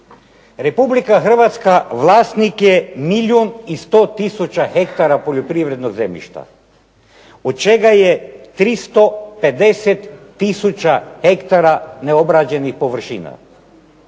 Republika Hrvatska vlasnik je milijun i 100 tisuća hektara poljoprivrednog zemljišta, od čega je 350 tisuća hektara neobrađenih površina.